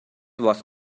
was